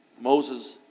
Moses